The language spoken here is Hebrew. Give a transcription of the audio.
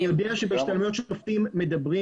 אני יודע שבהשתלמויות שופטים מדברים